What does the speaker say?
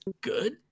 good